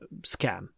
scam